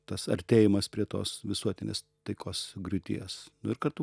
tas artėjimas prie tos visuotinės taikos griūties nu ir kartu